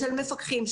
של מפקחים,